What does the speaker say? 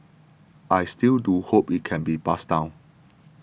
I still do hope it can be passed down